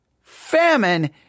famine